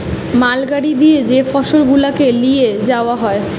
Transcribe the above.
মাল গাড়ি দিয়ে যে ফসল গুলাকে লিয়ে যাওয়া হয়